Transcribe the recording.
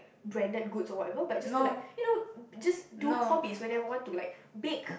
branded goods or whatever but it's just to like you know just do hobbies whenever I want to like bake